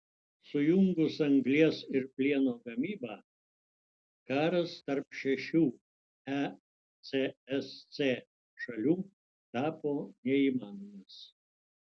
sujungus anglies ir plieno gamybą karas tarp šešių ecsc šalių tapo neįmanomas